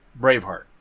Braveheart